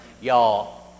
y'all